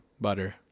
Butter